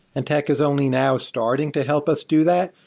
and tech is only now starting to help us do that.